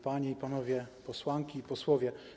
Panie i Panowie Posłanki i Posłowie!